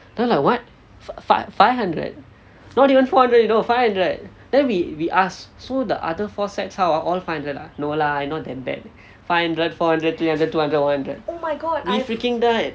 then like what five five hundred not even four hundred you know five hundred then we we ask so the other four sets how ah all five hundred ah no lah I not that bad five hundred four hundred three hundred two hundred one hundred we freaking died